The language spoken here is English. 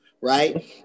right